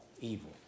evil